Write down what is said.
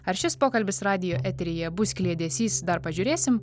ar šis pokalbis radijo eteryje bus kliedesys dar pažiūrėsim